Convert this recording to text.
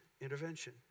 intervention